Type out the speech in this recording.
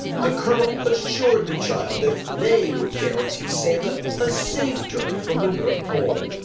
the colonel assured the child that they would guarantee santa a safe journey from the north pole.